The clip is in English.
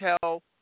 tell